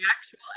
actual